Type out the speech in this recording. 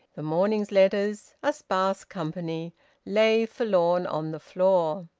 the morning's letters a sparse company lay forlorn on the floor.